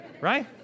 Right